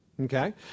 Okay